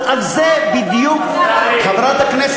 על זה בדיוק, שפה קובעת תודעה.